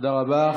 תודה רבה.